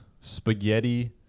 spaghetti